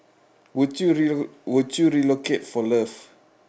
would you rel~ would you relocate for love